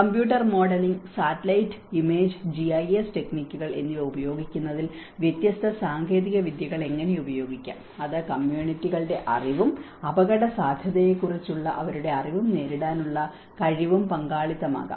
computer modelling satellite image GIS ടെക്നിക്കുകൾ എന്നിവ ഉപയോഗിക്കുന്നതിൽ വ്യത്യസ്ത സാങ്കേതിക വിദ്യകൾ എങ്ങനെ ഉപയോഗിക്കാം അത് കമ്മ്യൂണിറ്റികളുടെ അറിവും അപകടസാധ്യതയെക്കുറിച്ചുള്ള അവരുടെ അറിവും നേരിടാനുള്ള കഴിവും പങ്കാളിത്തമാകാം